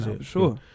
Sure